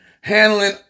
handling